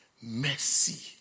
mercy